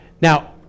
now